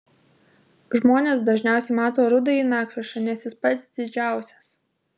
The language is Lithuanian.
žmonės dažniausiai mato rudąjį nakvišą nes jis pats didžiausias